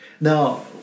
Now